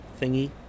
thingy